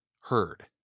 heard